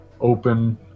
open